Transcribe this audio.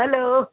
hello